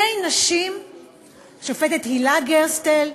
השופטת הילה גרסטל,